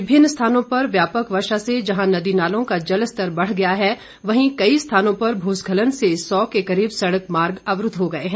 विभिन्न स्थानों पर व्यापक वर्षा से जहां नदी नालों का जलस्तर बढ़ गया है वहीं कई स्थानों पर भूस्खलन से सौ के करीब सड़क मार्ग अवरूद्व हो गए हैं